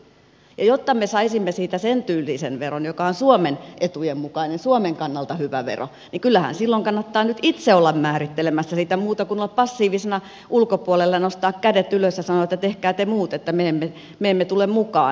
jotta me saisimme siitä sen tyylisen veron joka on suomen etujen mukainen suomen kannalta hyvä vero niin kyllähän silloin kannattaa itse olla määrittelemässä sitä eikä olla passiivisena ulkopuolella ja nostaa kädet ylös ja sanoa että tehkää te muut me emme tule mukaan